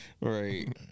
Right